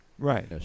Right